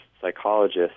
psychologist